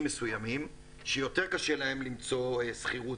מסוימים שיותר קשה להן למצוא שכירות.